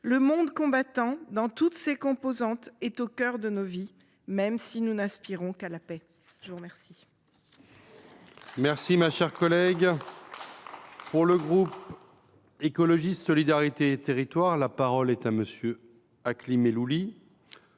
Le monde combattant, dans toutes ses composantes, est au cœur de nos vies, même si nous n’aspirons qu’à la paix. La parole